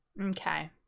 okay